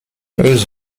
eux